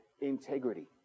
integrity